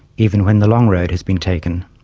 even when the long road has been taken.